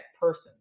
person